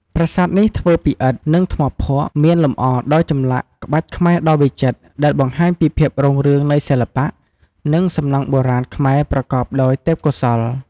ប្រាសាទនេះធ្វើពីឥដ្ឋ និងថ្មភក់ មានលម្អដោយចម្លាក់ក្បាច់ខ្មែរដ៏វិចិត្រ ដែលបង្ហាញពីភាពរុងរឿងនៃសិល្បៈ និងសំណង់បុរាណខ្មែរប្រកបដោយទេពកោសល្យ។